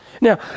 Now